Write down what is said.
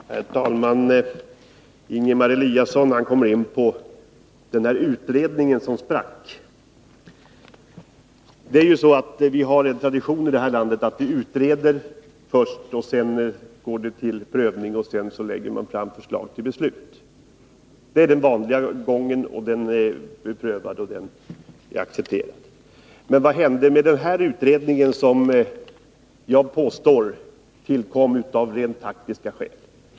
Herr talman! Ingemar Eliasson kommer in på utredningen som sprack. Vi har ju en tradition i detta land som innebär att vi först utreder, sedan går till prövning och slutligen lägger fram förslag till beslut. Det är den vanliga gången, som är beprövad och accepterad. Men vad hände med denna utredning, som jag påstår tillkom av rent taktiska skäl?